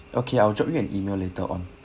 okay I'll drop you an email later on